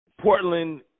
Portland